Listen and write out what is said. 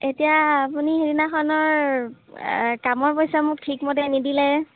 এতিয়া আপুনি হেইদিনাখনৰ কামৰ পইচা মোক ঠিকমতে নিদিলে